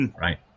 right